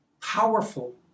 powerful